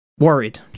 worried